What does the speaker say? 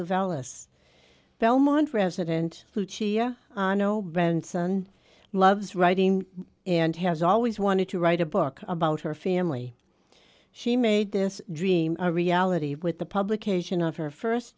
of alice belmont resident who chia no benson loves writing and has always wanted to write a book about her family she made this dream a reality with the publication of her first